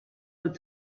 that